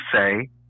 say